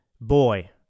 Boy